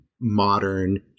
modern